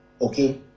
Okay